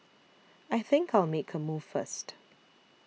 I think I'll make a move first